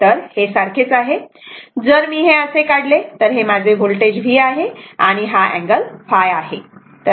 तेव्हा हे सारखेच आहे जर मी हे असे काढले तर हे माझे व्होल्टेज v आहे आणि हा अँगल ϕ आहे